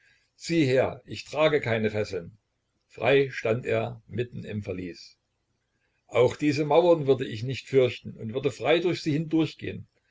sieh her ich trage keine fesseln frei stand er mitten im verlies auch diese mauern würde ich nicht fürchten und würde frei durch sie